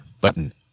Button